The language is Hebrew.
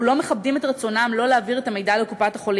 ולא מכבדים את רצונם שלא להעביר את המידע לקופת-חולים